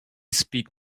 speak